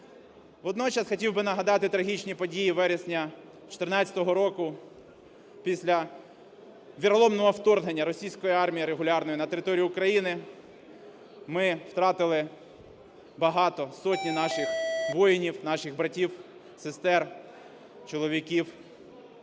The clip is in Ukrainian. Водночас хотів би нагадати трагічні події вересня 14-го року після віроломного вторгнення російської армії регулярної на територію України ми втратили багато, сотні наших воїнів, наших братів, сестер, чоловіків.